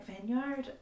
Vineyard